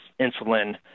insulin